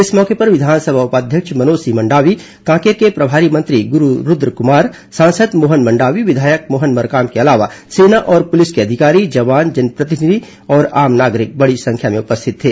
इस मौके पर विधानसभा उपाध्यक्ष मनोज सिंह मंडावी कांकेर के प्रभारी मंत्री गुरू रूद्रकमार सांसद मोहन मंडावी विधायक मोहन मरकाम के अलावा सेना और पुलिस के अधिकारी जवान जनप्रतिनिधि और आम नागरिक बड़ी संख्या में उपस्थित थे